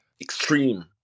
extreme